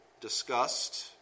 discussed